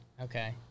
Okay